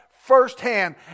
firsthand